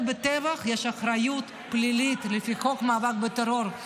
בטבח יש אחריות פלילית לפי חוק מאבק בטרור,